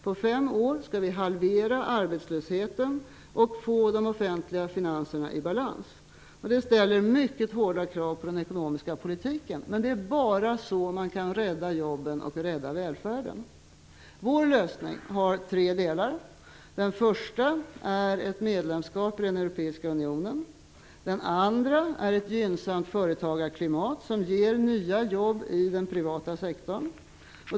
På fem år skall vi halvera arbetslösheten, och få de offentliga finanserna i balans. Det ställer mycket hårda krav på den ekonomiska politiken. Men det är bara så man kan rädda jobben och välfärden Vår lösning har tre delar. Den första är ett medlemskap i den europeiska unionen. Den andra är ett gynnsamt företagarklimat som ger nya jobb i den privata sektorn.